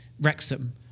Wrexham